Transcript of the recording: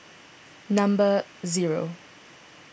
number zero